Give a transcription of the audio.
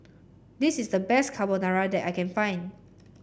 this is the best Carbonara that I can find